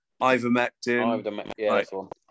ivermectin